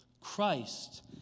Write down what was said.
Christ